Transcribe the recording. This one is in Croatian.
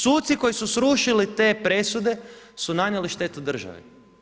Suci koji su srušili te presude su nanijeli štetu državi.